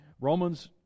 Romans